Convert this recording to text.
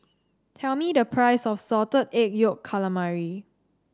tell me the price of Salted Egg Yolk Calamari